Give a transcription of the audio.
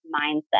mindset